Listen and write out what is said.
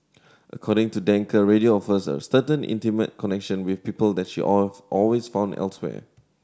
according to Danker radio offers a certain intimate connection with people that she all always found elsewhere